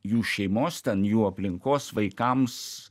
jų šeimos ten jų aplinkos vaikams